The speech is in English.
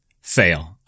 fail